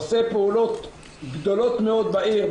עושה פעולות גדולות מאוד בעיר,